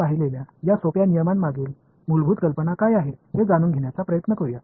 நாம் பார்த்த இந்த எளிய விதிகளுக்குப் பின்னால் உள்ள அடிப்படை யோசனை என்ன என்பதைக் கண்டுபிடிக்க முயற்சிப்போம்